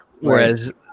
whereas